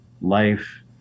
life